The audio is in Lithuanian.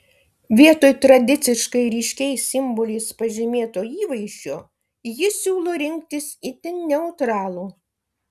vietoj tradiciškai ryškiais simboliais pažymėto įvaizdžio ji siūlo rinktis itin neutralų